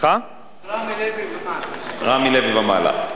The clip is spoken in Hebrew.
"רמי לוי" ומעלה.